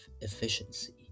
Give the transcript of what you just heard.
efficiency